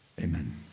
Amen